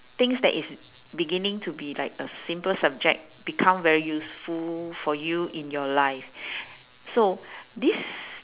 things that is beginning to be like a simple subject become very useful for you in your life so this